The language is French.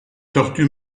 tortues